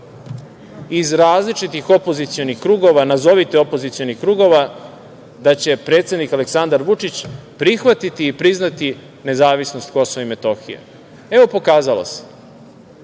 iz različitih opozicionih krugova, nazovite opozicionih krugova, da će predsednik Aleksandar Vučić prihvatiti i priznati nezavisnost Kosova i Metohije. Evo, pokazalo se,